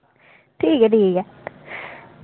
ठीक ऐ ठीक ऐ